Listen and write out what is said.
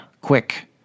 quick